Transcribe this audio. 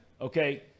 Okay